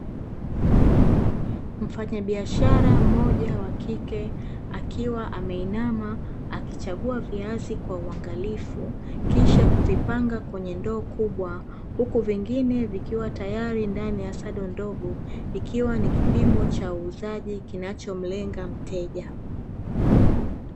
Mfanyabiashara mmoja wa kike akiwa ameinama akichagua viazi kwa uangalifu kisha kuvipanga kwenye ndoo kubwa huku vingine vikiwa tayari ndani ya sado ndogo ikiwa ni kipimo cha uuzaji kinachomlenga mteja.